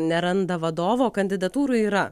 neranda vadovo kandidatūrų yra